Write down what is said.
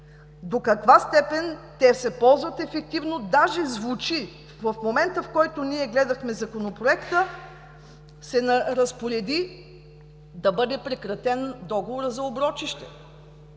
до каква степен те се ползват ефективно? Дори в момента, в който гледахме Законопроекта, се разпореди да бъде прекратен договорът за Оброчище